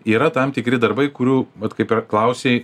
yra tam tikri darbai kurių vat kaip ir klausei